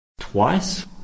twice